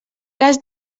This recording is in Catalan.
cas